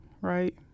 right